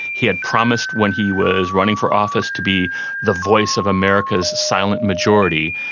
he had promised when he was running for office to be the voice of america's silent majority,